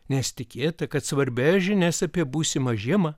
nes tikėta kad svarbias žinias apie būsimą žiemą